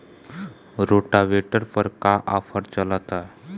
Rotavator पर का offer चलता?